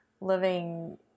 living